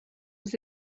was